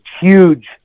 huge